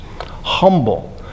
humble